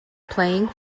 playing